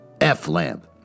F-lamp